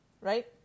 right